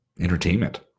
entertainment